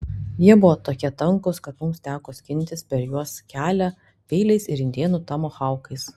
jie buvo tokie tankūs kad mums teko skintis per juos kelią peiliais ir indėnų tomahaukais